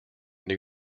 new